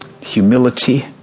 humility